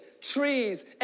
trees